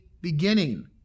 beginning